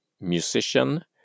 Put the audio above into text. musician